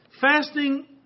Fasting